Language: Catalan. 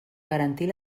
garantir